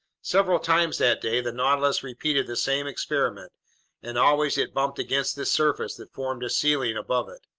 several times that day, the nautilus repeated the same experiment and always it bumped against this surface that formed a ceiling above it.